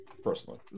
personally